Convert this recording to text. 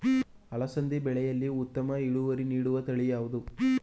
ಅಲಸಂದಿ ಬೆಳೆಯಲ್ಲಿ ಉತ್ತಮ ಇಳುವರಿ ನೀಡುವ ತಳಿ ಯಾವುದು?